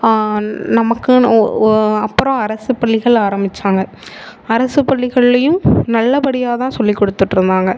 நமக்குன்னு அப்புறம் அரசு பள்ளிகள் ஆரம்மிச்சாங்க அரசு பள்ளிகள்லேயும் நல்லபடியாக தான் சொல்லி கொடுத்துட்ருந்தாங்க